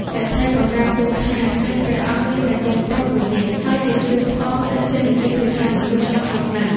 សេដ្ឋីក៏ក្រាបទូលថា ខ្ញុំព្រះអង្គមានតែកូនប្រុសមួយនាក់ ហើយជាជ្រូកផង តែចេះនិយាយភាសាមនុស្សច្បាស់លាស់ណាស់។